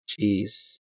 jeez